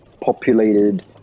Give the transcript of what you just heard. populated